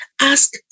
Ask